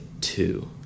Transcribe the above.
two